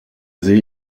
see